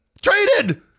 Traded